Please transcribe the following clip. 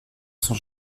son